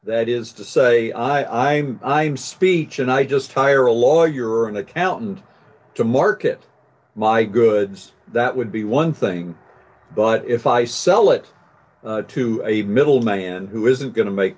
that is to say i i'm i'm speech and i just hire a lawyer or an accountant to market my goods that would be one thing but if i sell it to a middleman who isn't going to make